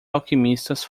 alquimistas